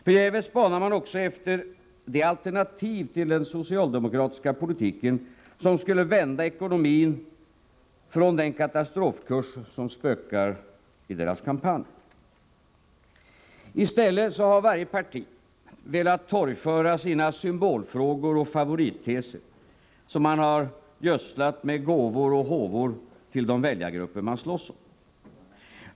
Förgäves spanar man också efter det alternativ till den socialdemokratiska politiken som skulle vända ekonomin från den katastrofkurs som spökar i deras kampanj. I stället har varje parti velat torgföra sina symbolfrågor och favoritteser, som de har gödslat med gåvor och håvor till de väljargrupper de slåss om.